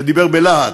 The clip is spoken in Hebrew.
שדיבר בלהט,